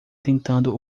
tentando